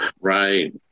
Right